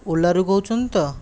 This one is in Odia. ଓଲାରୁ କହୁଛନ୍ତି ତ